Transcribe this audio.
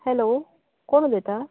hello कोण उलयता